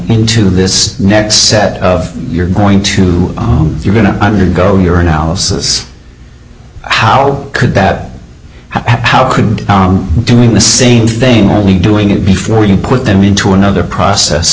into this next set of you're going to you're going to undergo your analysis how could that happen how could doing the same thing only doing it before you put them into another process